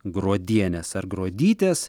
gruodienės ar gruodytės